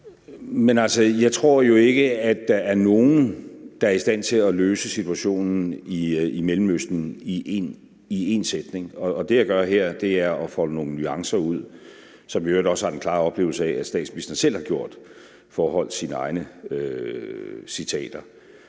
Jeg tror jo ikke, at der er nogen, der er i stand til at løse situationen i Mellemøsten i én sætning. Og det, jeg gør her, er at folde nogle nuancer ud, som jeg i øvrigt også har den klare oplevelse af at statsministeren selv har gjort foreholdt sine egne citater.